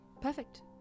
perfect